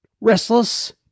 restless